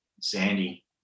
sandy